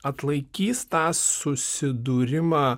atlaikys tą susidūrimą